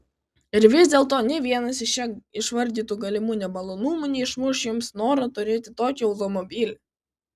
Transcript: ir vis dėlto nė vienas iš čia išvardytų galimų nemalonumų neišmuš jums noro turėti tokį automobilį